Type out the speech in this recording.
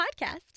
podcast